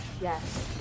Yes